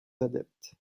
adeptes